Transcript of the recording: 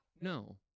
no